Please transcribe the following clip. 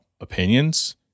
opinions